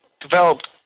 developed